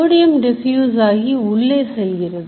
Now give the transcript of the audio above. sodium difuse ஆகி உள்ளே செல்கிறது